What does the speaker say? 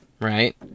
right